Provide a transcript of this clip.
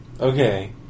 okay